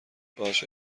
باشه